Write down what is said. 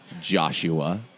Joshua